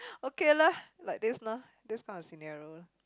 okay lah like this lah this kind of scenario